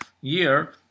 year